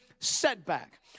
setback